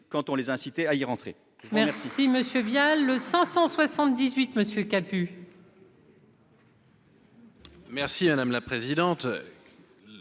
quand on les inciter à y rentrer.